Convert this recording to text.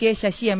K Sasi M